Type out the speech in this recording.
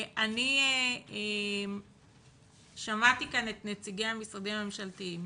אני שמעתי כאן את נציגי המשרדים הממשלתיים